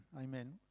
Amen